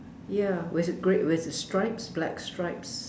ya with grey with stripes black stripes